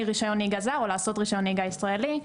רישיון נהיגה זר או לעשות רישיון נהיגה ישראלי.